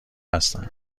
هستن